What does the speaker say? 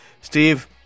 Steve